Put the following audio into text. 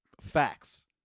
Facts